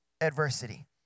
adversity